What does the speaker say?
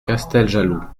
casteljaloux